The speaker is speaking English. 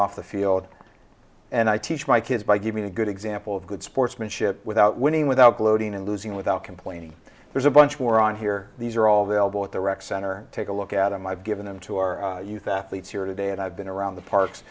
off the field and i teach my kids by giving a good example of good sportsmanship without winning without gloating and losing without complaining there's a bunch more on here these are all they all bought the rec center take a look at them i've given them to our youth athletes here today and i've been around the parks